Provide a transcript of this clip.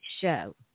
show